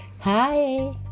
hi